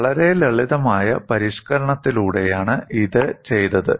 വളരെ ലളിതമായ പരിഷ്ക്കരണത്തിലൂടെയാണ് ഇത് ചെയ്തത്